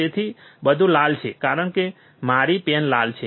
તેથી બધું લાલ છે કારણ કે મારી પેન લાલ છે